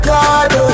God